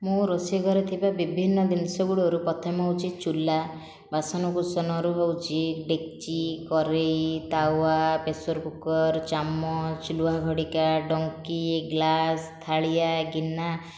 ମୁଁ ରୋଷେଇ ଘରେ ଥିବା ବିଭିନ୍ନ ଜିନିଷ ଗୁଡ଼ିକରୁ ପ୍ରଥମେ ହେଉଛି ଚୁଲା ବାସନ କୁସନରୁ ହେଉଛି ଡେକ୍ଚି କଡ଼ାଇ ତାୱା ପ୍ରେସର କୁକର୍ ଚାମଚ ଲୁହା ଖଡ଼ିକା ଡଙ୍କି ଗ୍ଲାସ ଥାଳିଆ ଗିନା